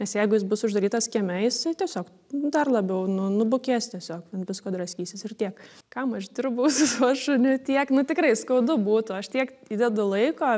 nes jeigu jis bus uždarytas kieme jisai tiesiog dar labiau nu nubukės tiesiog ant visko draskysis ir tiek kam aš dirbu su savo šuniu tiek nu tikrai skaudu būtų aš tiek įdedu laiko